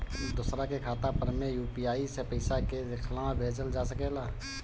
दोसरा के खाता पर में यू.पी.आई से पइसा के लेखाँ भेजल जा सके ला?